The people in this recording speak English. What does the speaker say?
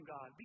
God